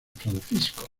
francisco